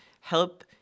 help